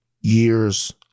years